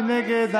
מי נגד?